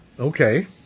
Okay